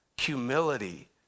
humility